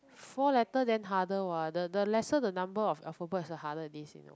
four letter than harder what the the lesser the number of alphabet is the harder in this you know